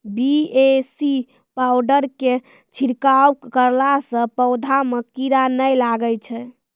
BAC powder के छिड़काव करला से पौधा मे कीड़ा नैय लागै छै?